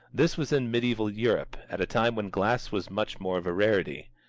this was in mediaeval europe, at a time when glass was much more of a rarity.